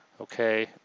Okay